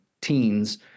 teens